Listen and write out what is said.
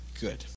Good